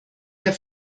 der